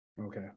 Okay